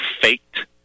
faked